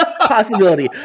Possibility